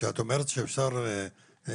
אבל כשאת אומרת שאפשר להתקזז,